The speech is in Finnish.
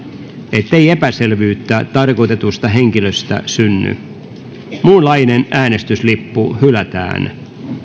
ettei epäselvyyttä tarkoitetusta henkilöstä synny muunlainen äänestyslippu hylätään